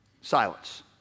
silence